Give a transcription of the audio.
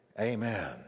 Amen